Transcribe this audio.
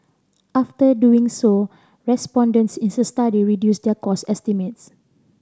after doing so respondents in the study reduced their cost estimates